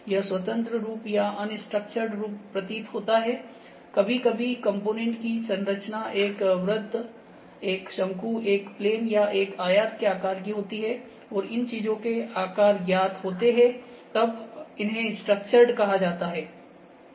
यह स्वतन्त्र रूप या अनस्ट्रकचर्ड रूप प्रतीत होता हैकभी कभी कॉम्पोनेन्ट की संरचना एक वृत्त एक शंकु एक प्लेन या एक आयत के आकर की होती है और इन चीजों के आकार ज्ञात होते हैं तब इन्हे स्ट्रक्चर्ड कहा जाता है